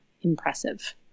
impressive